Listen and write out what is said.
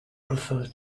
prefer